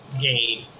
game